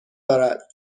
دارد